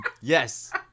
Yes